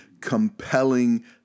compelling